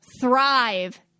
thrive